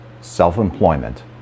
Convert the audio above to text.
self-employment